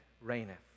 reigneth